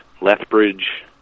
Lethbridge